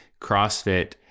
CrossFit